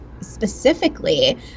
specifically